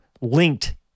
linked